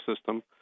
system